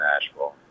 Nashville